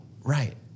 right